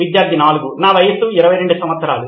విద్యార్థి 4 నా వయసు 22 సంవత్సరాలు